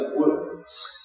words